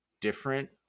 different